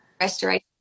restoration